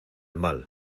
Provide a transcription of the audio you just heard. mal